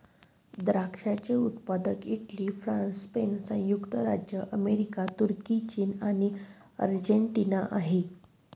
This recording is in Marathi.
द्राक्षाचे उत्पादक इटली, फ्रान्स, स्पेन, संयुक्त राज्य अमेरिका, तुर्की, चीन आणि अर्जेंटिना आहे